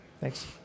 Thanks